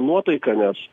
nuotaika nes